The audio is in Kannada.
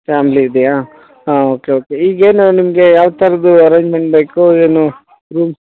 ಪ್ಯಾಮ್ಲಿ ಇದಿಯಾ ಹಾಂ ಓಕೆ ಓಕೆ ಈಗೇನು ನಿಮಗೆ ಯಾವ ಥರದ ಅರೇಂಜ್ಮೆಂಟ್ ಬೇಕು ಏನು ರೂಮ್